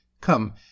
Come